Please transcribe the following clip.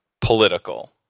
political